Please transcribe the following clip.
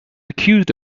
accused